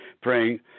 praying